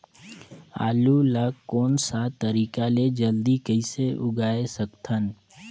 आलू ला कोन सा तरीका ले जल्दी कइसे उगाय सकथन?